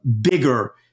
bigger